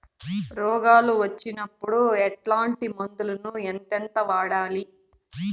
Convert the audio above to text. రోగాలు వచ్చినప్పుడు ఎట్లాంటి మందులను ఎంతెంత వాడాలి?